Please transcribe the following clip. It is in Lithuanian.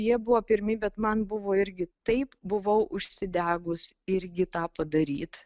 jie buvo pirmi bet man buvo irgi taip buvau užsidegus irgi tą padaryt